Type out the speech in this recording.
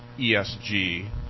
ESG